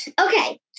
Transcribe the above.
Okay